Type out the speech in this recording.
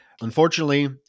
unfortunately